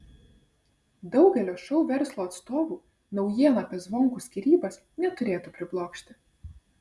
daugelio šou verslo atstovų naujiena apie zvonkų skyrybas neturėtų priblokšti